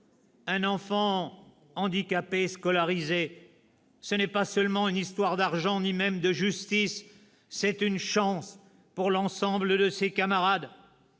Un enfant handicapé scolarisé, ce n'est pas seulement une histoire d'argent ou même de justice : c'est une chance pour l'ensemble de ses camarades